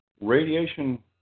radiation